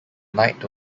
knight